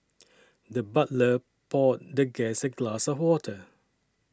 the butler poured the guest a glass of water